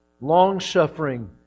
long-suffering